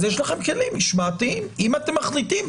אז יש לכם כלים משמעתיים אם אתם מחליטים,